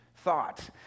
thought